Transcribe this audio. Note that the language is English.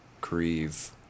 grieve